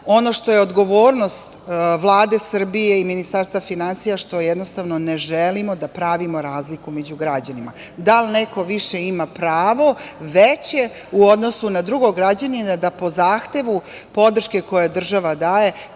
Ono što je odgovornost Vlade Srbije i Ministarstva finansija jeste da ne želimo da pravimo razliku među građanima, da neko ima veće pravo u odnosu na drugog građanina da po zahtevu podrške koju država daje